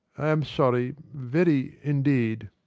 i am sorry, very indeed!